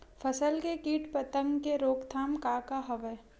फसल के कीट पतंग के रोकथाम का का हवय?